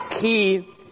Key